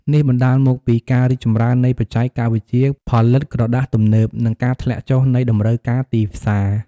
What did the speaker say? នេះបណ្ដាលមកពីការរីកចម្រើននៃបច្ចេកវិទ្យាផលិតក្រដាសទំនើប និងការធ្លាក់ចុះនៃតម្រូវការទីផ្សារ។